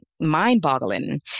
mind-boggling